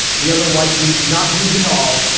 the other white meat. not meat at all.